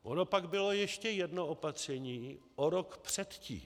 Ono pak bylo ještě jedno opatření o rok předtím.